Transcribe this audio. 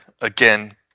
again